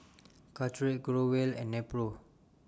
Caltrate Growell and Nepro